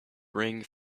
ring